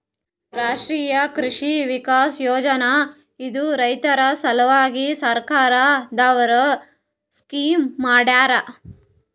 ರಾಷ್ಟ್ರೀಯ ಕೃಷಿ ವಿಕಾಸ್ ಯೋಜನಾ ಇದು ರೈತರ ಸಲ್ವಾಗಿ ಸರ್ಕಾರ್ ದವ್ರು ಸ್ಕೀಮ್ ಮಾಡ್ಯಾರ